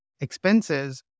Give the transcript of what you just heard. expenses